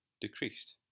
decreased